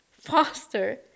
faster